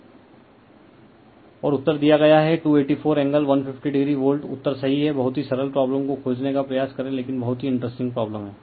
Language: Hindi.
रिफर स्लाइड टाइम 3344 और उत्तर दिया गया है 284 एंगल 150 o वोल्ट उत्तर सही है बहुत ही सरल प्रॉब्लम को खोजने का प्रयास करें लेकिन बहुत ही इंटरेस्टिंग प्रॉब्लम है